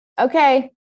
Okay